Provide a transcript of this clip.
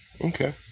Okay